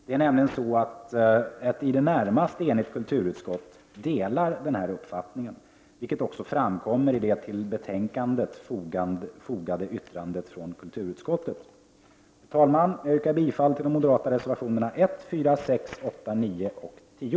Det är nämligen ett i det närmaste enigt kulturutskott som delar denna uppfattning, vilket framkommer i det till betänkandet fogade yttrandet från kulturutskottet. Fru talman! Jag yrkar därför bifall till de moderata reservationerna 1, 4, 6, 8, 9 och 10.